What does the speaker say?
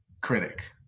critic